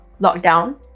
lockdown